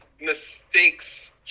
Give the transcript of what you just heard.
mistakes